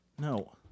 No